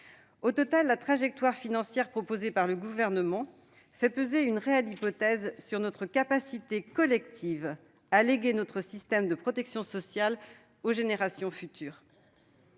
Au total, la trajectoire financière proposée par le Gouvernement semble réellement hypothéquer notre capacité collective à léguer notre système de protection sociale aux générations futures.